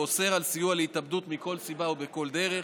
ואוסר סיוע להתאבדות מכל סיבה ובכל דרך,